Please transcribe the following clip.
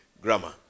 grammar